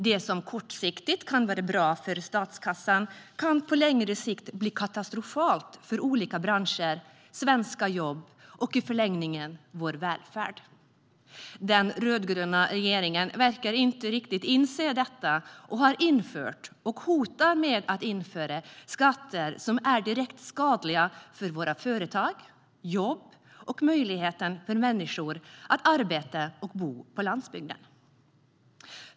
Det som kortsiktigt kan vara bra för statskassan kan på längre sikt bli katastrofalt för olika branscher, svenska jobb och, i förlängningen, vår välfärd. Den rödgröna regeringen verkar inte inse detta och har infört och hotar att införa skatter som är direkt skadliga för våra företag och jobb och för möjligheten för människor att arbeta och bo på landsbygden.